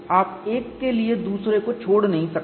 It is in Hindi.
आप एक के लिए दूसरे को छोड़ नहीं सकते